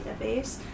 database